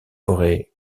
forêts